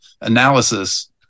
analysis